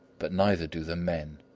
but neither do the men,